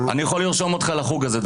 דרך אגב, אני יכול לרשום אותך לחוג הזה.